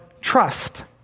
trust